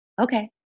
okay